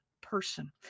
person